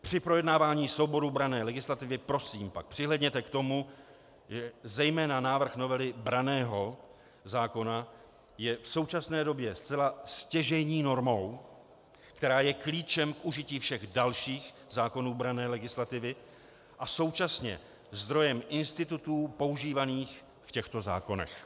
Při projednávání souborů branné legislativy prosím přihlédněte k tomu, že zejména návrh novely branného zákona je v současné době zcela stěžejní normou, která je klíčem k užití všech dalších zákonů branné legislativy a současně zdrojem institutů používaných v těchto zákonech.